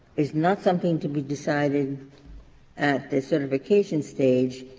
is not something to be decided at the certification stage,